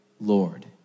Lord